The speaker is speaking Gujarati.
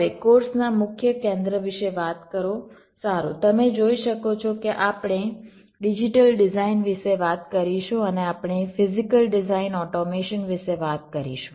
હવે કોર્સના મુખ્ય કેન્દ્ર વિશે વાત કરો સારું તમે જોઈ શકો છો કે આપણે ડિજિટલ ડિઝાઇન વિશે વાત કરીશું અને આપણે ફિઝીકલ ડિઝાઇન ઓટોમેશન વિશે વાત કરીશું